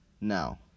Now